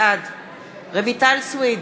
בעד רויטל סויד,